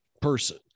person